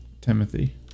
Timothy